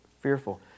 fearful